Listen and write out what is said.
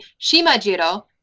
Shimajiro